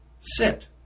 Sit